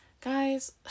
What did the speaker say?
Guys